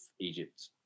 Egypt